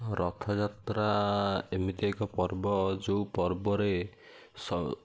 ରଥଯାତ୍ରା ଏମିତି ଏକ ପର୍ବ ଯେଉଁ ପର୍ବରେ